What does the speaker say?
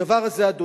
הדבר הזה, אדוני,